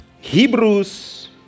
Hebrews